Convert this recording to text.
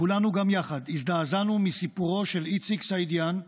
כולנו גם יחד הזדעזענו מסיפורו של איציק סעידיאן,